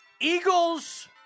Eagles